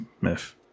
myth